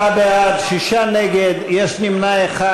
חברי הכנסת, 54 בעד, שישה נגד, יש נמנע אחד.